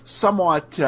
somewhat